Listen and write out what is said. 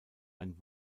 ein